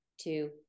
two